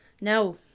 no